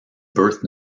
birth